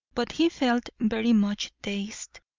but he felt very much dazed,